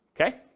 okay